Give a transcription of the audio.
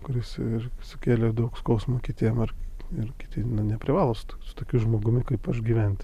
kuris ir sukėlė daug skausmo kitiem ar ir kiti nu neprivalo su tokiu su tokiu žmogumi kaip aš gyventi